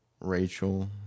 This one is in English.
Rachel